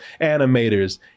animators